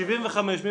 מי